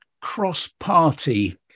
cross-party